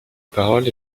parole